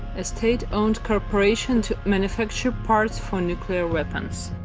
state-owned corporation to manufacture parts for nuclear weapons.